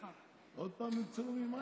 עוד פעם עם צילומים?